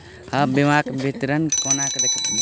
हम बीमाक विवरण कोना देखबै?